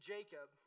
Jacob